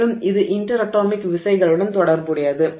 மேலும் இது interatomic விசைகளுடன் தொடர்புடையது